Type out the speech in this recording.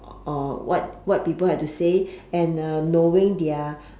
of what what people have to say and uh knowing their